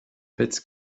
pēc